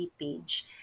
page